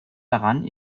daran